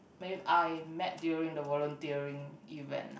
I met during the volunteering event